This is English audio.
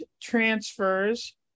transfers